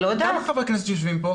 למה חברי הכנסת יושבים כאן?